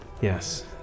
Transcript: Yes